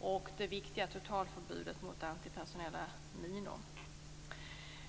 och det viktiga totalförbudet mot antipersonella minor.